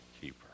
keeper